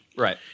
Right